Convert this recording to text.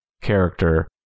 character